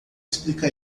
explica